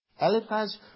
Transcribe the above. Eliphaz